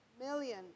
million